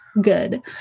good